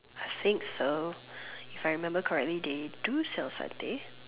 I think so if I remember correctly they do sell satin